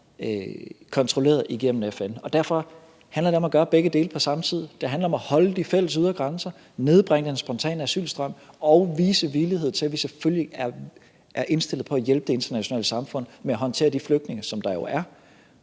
kontrolleret igennem FN. Derfor handler det om at gøre begge dele på samme tid. Det handler om at holde de fælles ydre grænser, nedbringe den spontane asylstrøm og vise, at vi selvfølgelig er indstillet på at hjælpe det internationale samfund med at håndtere de flygtninge, der jo er.